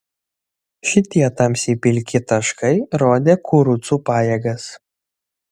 šitie tamsiai pilki taškai rodė kurucų pajėgas